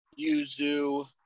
yuzu